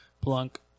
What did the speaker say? Plunk